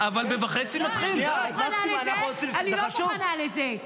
אני לא מוכנה לזה.